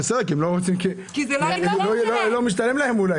כי זה לא משתלם להם.